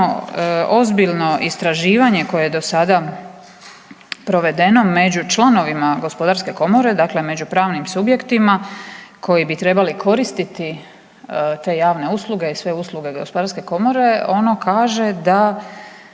ozbiljno istraživanje koje je do sada provedeno među članovima gospodarske komore, dakle među pravnim subjektima koji bi trebali koristiti te javne usluge i sve usluge gospodarske komore ono kaže da